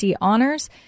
honors